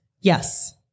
Yes